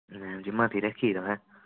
madam ji मती रक्खी दी तुसें